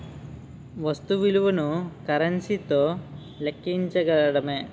వస్తు విలువను కరెన్సీ తో లెక్కించడమే